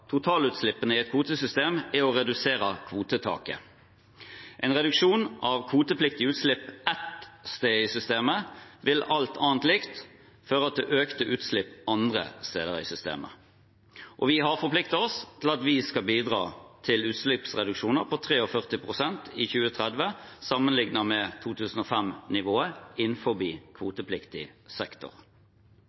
totalutslippene på i et kvotesystem er å redusere kvotetaket. En reduksjon av kvotepliktig utslipp ett sted i systemet vil, alt annet likt, føre til økte utslipp andre steder i systemet. Vi har forpliktet oss til at vi i 2030 skal bidra til utslippsreduksjoner på